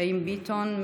חיים ביטון,